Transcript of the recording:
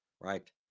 Right